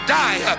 die